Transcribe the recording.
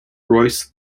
royce